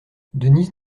denise